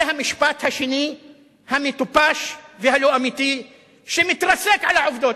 זה המשפט השני המטופש והלא-אמיתי שמתרסק על העובדות.